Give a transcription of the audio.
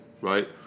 Right